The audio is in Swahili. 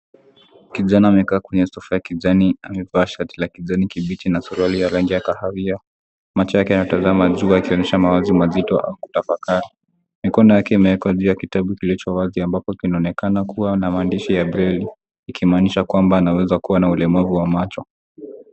Kijana amekaa kwenye sofa ya kijani, amevaa sharti ya kijani kibichi na suruali ya rangi ya kahawia, macho yake yanatanzama juu akionyesha mawazo mazito yakutafakari. Mikono yake imeekwa juu ya kitabu kilicho wazi ambapo kinaonekana kuwa na maandishi ya breli ikimaanisha kwamba anaweza kuwa na ulemavu wa macho.